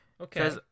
Okay